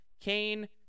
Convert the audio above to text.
Kane